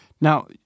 Now